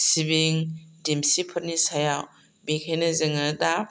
सिबिं दिमसिफोरनि सायाव बेखायनो जोङो दा